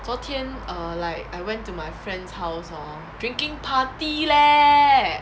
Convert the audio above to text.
昨天 err like I went to my friend's house hor drinking party leh